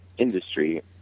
industry